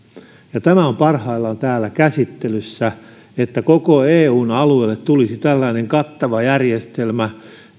tämä on parhaillaan täällä käsittelyssä että koko eun alueelle tulisi tällainen kattava järjestelmä